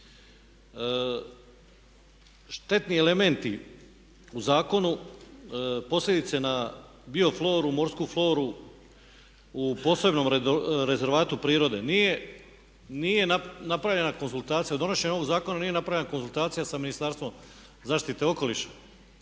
Štetni elementi u zakonu, posljedice na bio floru, morsku floru u posebnom rezervatu prirode nije napravljena konzultacija, u donošenju ovog zakona nije napravljena konzultacija sa Ministarstvom zaštite okoliša.